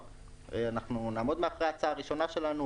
אנחנו נעמוד מאחורי ההצעה שלהם.